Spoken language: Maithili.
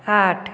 आठ